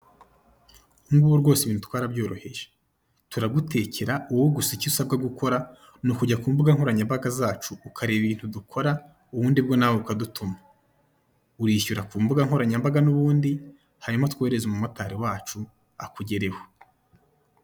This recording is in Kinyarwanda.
Ubu ngubu rwose ibintu twarabyoroheje turagutekera, wowe gusa icyo usabwa gukora ni ukujya ku mbuga nkoranyambaga zacu ukareba ibintu dukora ubundi bwo nawe ukadutuma. Urishyura ku mbuga nkoranyambaga n'ubundi hanyuma tukoherereze umumotari wacu akugereho.